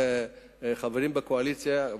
כחברים בקואליציה,